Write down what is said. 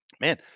man